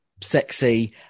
sexy